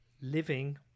living